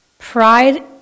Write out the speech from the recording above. pride